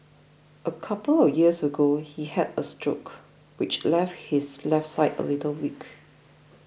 a couple of years ago he had a stroke which left his left side a little weak